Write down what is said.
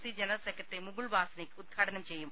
C general secretary Mukul Wasnik ഉദ്ഘാടനം ചെയ്യും